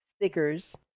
stickers